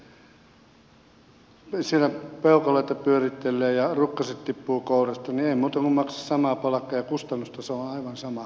jos siellä on ville töissä siellä peukaloita pyörittelee ja rukkaset tippuu kourasta niin ei muuta kuin maksa sama palkka ja kustannustaso on aivan sama